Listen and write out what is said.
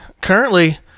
currently